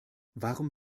warum